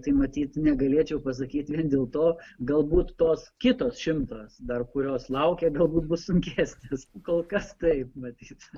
tai matyt negalėčiau pasakyti vien dėl to galbūt tos kitos šimtas dar kurios laukia galbūt bus sunkesnės kol kas taip matyt